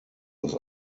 aus